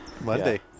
Monday